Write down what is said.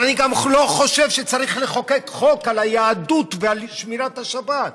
אבל אני גם לא חושב שצריך לחוקק חוק על היהדות ועל שמירת השבת.